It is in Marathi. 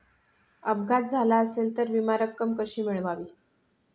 अपघात झाला असेल तर विमा रक्कम कशी मिळवावी?